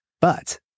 But-